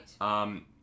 right